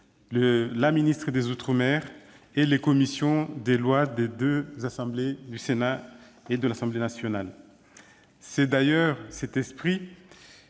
la ministre des outre-mer et les commissions des lois du Sénat et de l'Assemblée nationale. C'est d'ailleurs cet esprit